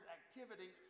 activity